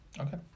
Okay